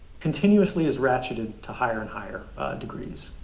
continuously, is ratcheted to higher and higher degrees.